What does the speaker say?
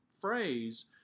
phrase